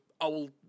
old